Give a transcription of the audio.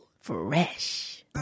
Fresh